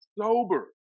Sober